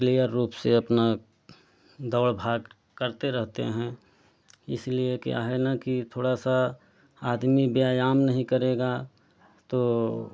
clear रूप से अपना दौड़ भाग करते रहते हैं इसीलिए क्या है ना कि थोड़ा सा आदमी व्यायाम नहीं करेगा तो